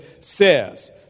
says